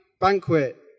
banquet